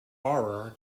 horror